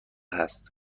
است